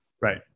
Right